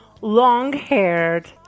long-haired